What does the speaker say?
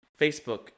Facebook